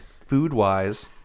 food-wise